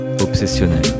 Obsessionnel